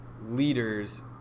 leaders